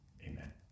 Amen